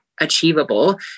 achievable